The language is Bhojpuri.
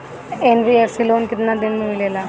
एन.बी.एफ.सी लोन केतना दिन मे मिलेला?